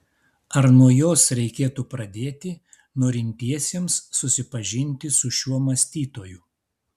ar nuo jos reikėtų pradėti norintiesiems susipažinti su šiuo mąstytoju